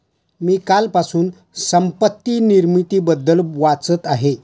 मी कालपासून संपत्ती निर्मितीबद्दल वाचत आहे